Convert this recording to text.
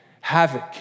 havoc